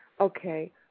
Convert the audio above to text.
Okay